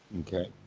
okay